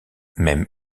même